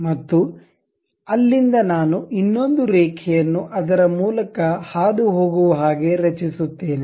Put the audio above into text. ಮತ್ತು ಅಲ್ಲಿಂದ ನಾನು ಇನ್ನೊಂದು ರೇಖೆಯನ್ನು ಅದರ ಮೂಲಕ ಹಾದುಹೋಗುವ ಹಾಗೆ ರಚಿಸುತ್ತೇನೆ